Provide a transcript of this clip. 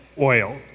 oil